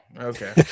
Okay